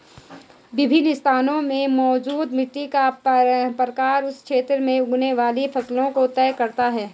विभिन्न स्थानों में मौजूद मिट्टी का प्रकार उस क्षेत्र में उगने वाली फसलों को तय करता है